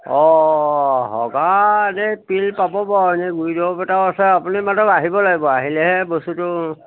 অঁ সবাদে পিল পাব বাৰু এনেই গুড়ি দৰব এটাও আছে আপুনি মাটব আহিব লাগিব আহিলেহে বস্তুটো